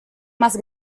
más